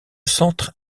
centre